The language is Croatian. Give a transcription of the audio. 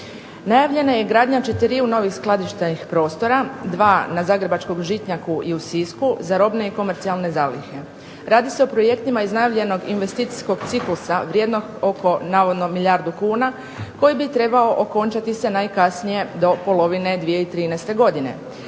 Najavljena je gradnja četriju novih skladišnih prostora, 2 na zagrebačkom Žitnjaku i u Sisku za robne i komercijalne zalihe. Radi se o projektima iz najavljenog investicijskog ciklusa vrijednog oko navodno milijardu kuna koji bi trebao okončati se najkasnije do polovine 2013. godine.